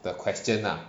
the question lah